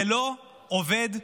זה לא עובד ביחד.